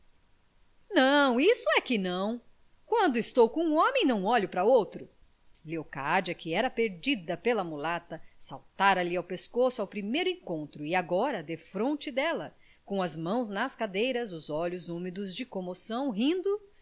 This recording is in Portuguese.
não isso é que não quando estou com um homem não olho pra outro leocádia que era perdida pela mulata saltara lhe ao pescoço ao primeiro encontro e agora defronte dela com as mãos nas cadeiras os olhos úmidos de comoção rindo